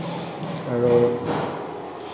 আৰু